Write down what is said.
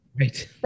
Right